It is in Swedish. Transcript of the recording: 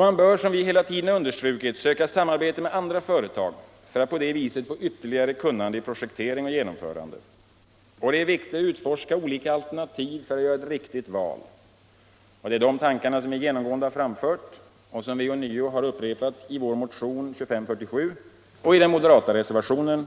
Man bör, som vi hela tiden har understrukit, söka samarbete med andra företag för att på det viset få ytterligare kunnande vid projektering och genomförande. Det är viktigt att utforska olika alternativ för att göra ett riktigt val. Det är de tankarna som vi genomgående har framfört och som vi ånyo har upprepat i vår motion 2247 och i den moderata reservationen.